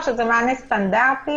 או זה מענה סטנדרטי